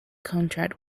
contract